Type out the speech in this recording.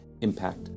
impact